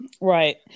right